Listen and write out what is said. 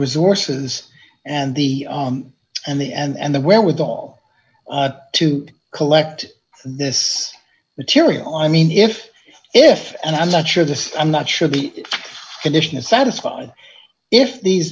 resources and the and the and the wherewithal to collect this material i mean if if and i'm not sure this i'm not sure the condition is satisfied if these